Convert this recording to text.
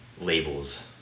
labels